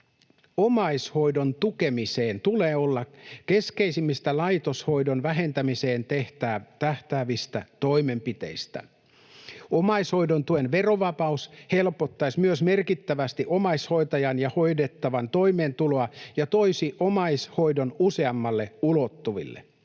Omaishoidon tukemisen tulee olla yksi keskeisimmistä laitoshoidon vähentämiseen tähtäävistä toimenpiteistä. Omaishoidon tuen verovapaus helpottaisi myös merkittävästi omaishoitajan ja hoidettavan toimeentuloa ja toisi omaishoidon useamman ulottuville.